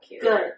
Good